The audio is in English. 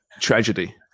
tragedy